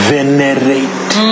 Venerate